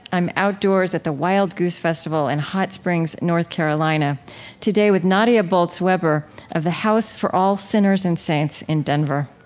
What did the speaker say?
i'm outdoors at the wild goose festival in hot springs, north carolina today with nadia bolz-weber of the house for all sinners and saints in denver.